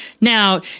Now